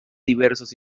diversos